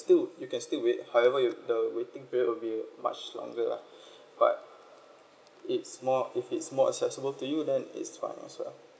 still you can still wait however you the waiting period will be much longer lah but it's more if it's more accessible to you then it's fine as well